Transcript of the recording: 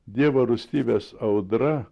dievo rūstybės audra